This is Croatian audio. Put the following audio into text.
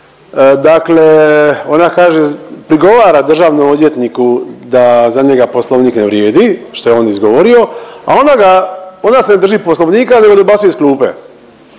dakle ona kaže prigovara državnog odvjetniku da za njega poslovnik ne vrijedi što je on izgovorio, a ona ga ona se drži poslovnika nego dobacuje iz klupe.